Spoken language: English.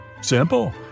Simple